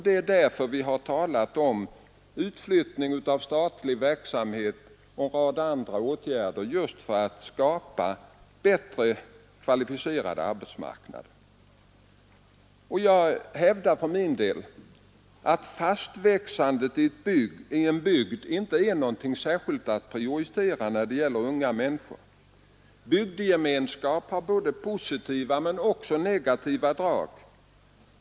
Det är därför vi har talat om utflyttning av statliga verk och en rad andra åtgärder för att skapa en bättre kvalificerad arbetsmarknad. Jag hävdar att fastväxande i en bygd inte är någonting särskilt att prioritera när det gäller unga människor. Bygdegemenskap har positiva men också negativa drag.